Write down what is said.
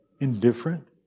Indifferent